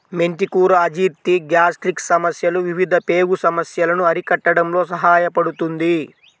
మెంతి కూర అజీర్తి, గ్యాస్ట్రిక్ సమస్యలు, వివిధ పేగు సమస్యలను అరికట్టడంలో సహాయపడుతుంది